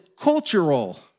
cultural